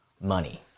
money